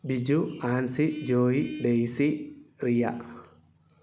Biju Ancy Joy Daisy Riya